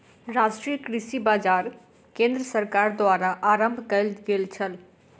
राष्ट्रीय कृषि बाजार केंद्र सरकार द्वारा आरम्भ कयल गेल छल